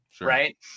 right